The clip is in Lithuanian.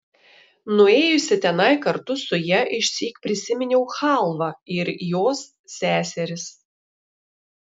nuėjusi tenai kartu su ja išsyk prisiminiau chalvą ir jos seseris